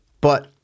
but-